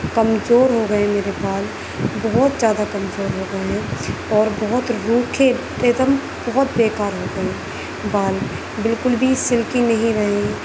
کمزور ہو گئے ہیں میرے بال بہت زیادہ کمزور ہو گئے ہیں اور بہت روکھے ایک دم بہت بےکار ہو گئے ہیں بال بالکل بھی سلکی نہیں رہے